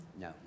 No